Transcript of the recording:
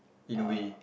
uh